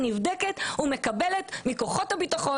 נבדקת ומקבלת מכוחות הביטחון,